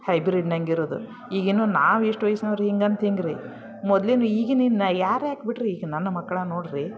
ಹೈಬ್ರಿಡ್ನಂಗಿರುವುದು ಈಗಿನ್ನು ನಾವಿಷ್ಟು ವಯಸ್ನವ್ರು ಹಿಂಗಂತ ಹೀಗ್ರಿ ಮೊದ್ಲಿನ ಈಗಿನಿನ ಯಾರೇ ಯಾಕೆ ಬಿಡಿರಿ ಈಗ ನನ್ನ ಮಕ್ಳೇ ನೋಡಿರಿ